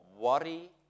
worry